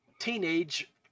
teenage